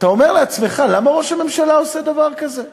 אתה אומר לעצמך: למה ראש הממשלה עושה דבר כזה?